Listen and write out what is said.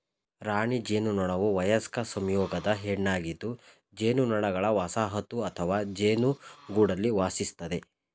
ರಾಣಿ ಜೇನುನೊಣವುವಯಸ್ಕ ಸಂಯೋಗದ ಹೆಣ್ಣಾಗಿದ್ದುಜೇನುನೊಣಗಳವಸಾಹತುಅಥವಾಜೇನುಗೂಡಲ್ಲಿವಾಸಿಸ್ತದೆ